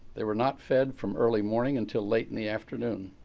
they were not fed from early morning until late in the afternoon.